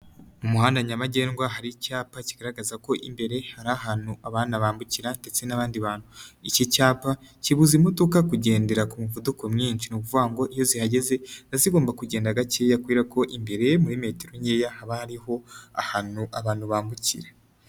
Mu muhanda nyabagendwa hari icyapa kigaragaza ko imbere hari ahantu abana bambukira ndetse n'abandi bantu, iki cyapa kibuza imodoka kugendera ku muvuduko mwinshi ni uuvuga ngo iyo zihageze ziba zigomba kugenda gakeya kubera ko imbere muri metero nkeya haba hariho ahantu abantu bambukira.